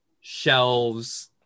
Shelves